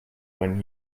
when